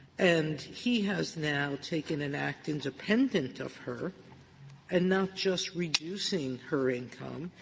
and he has now taken an act independent of her and not just reducing her income,